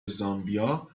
زامبیا